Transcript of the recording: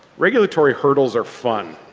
regulatory hurdles are fun.